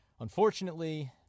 Unfortunately